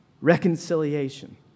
Reconciliation